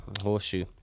Horseshoe